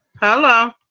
Hello